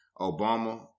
Obama